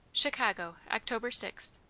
chicago, october sixth.